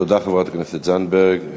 תודה, חברת הכנסת זנדברג.